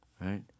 Right